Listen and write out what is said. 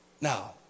Now